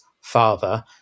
father